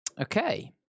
Okay